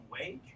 wage